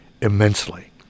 immensely